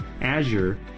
Azure